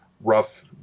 rough